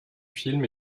film